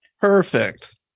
Perfect